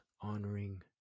honoring